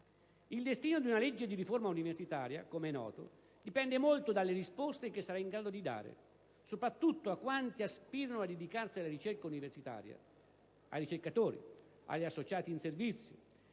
Il destino di una legge di riforma universitaria, com'è noto, dipende molto dalle risposte che sarà in grado di dare, soprattutto a quanti aspirano a dedicarsi alla ricerca universitaria, ai ricercatori e agli associati in servizio,